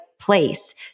place